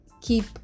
keep